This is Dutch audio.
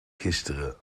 gisteren